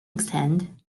extent